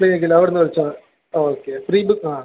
ക്ലിനിക്കിൽ അവിടെ നിന്ന് വച്ചാൽ ഓക്കെ ഫ്രീ ബുക്ക് ആ